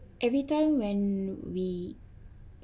every time when we